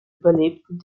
überlebten